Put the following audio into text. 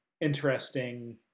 interesting